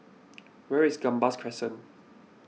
where is Gambas Crescent